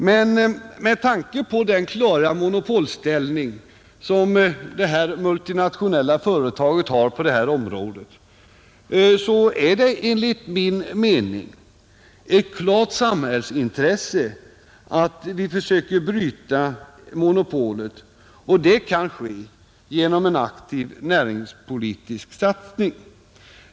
Men med tanke på den klara monopolställning som det här multinationella företaget har på detta område är det enligt min mening ett klart samhällsintresse att vi försöker bryta monopolet, och det kan ske genom en aktiv näringspolitisk satsning.